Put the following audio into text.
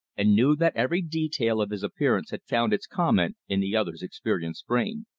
and knew that every detail of his appearance had found its comment in the other's experienced brain.